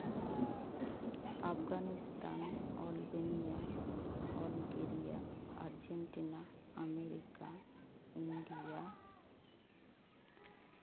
Afghanistan Albania Algeria Argentina America India